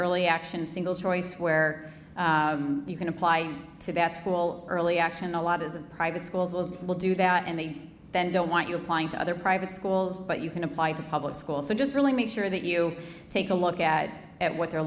early action single choice where you can apply to that school early action a lot of the private schools will will do that and they then don't want you applying to other private schools but you can apply to public schools so just really make sure that you take a look at what they're